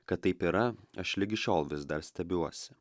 kad taip yra aš ligi šiol vis dar stebiuosi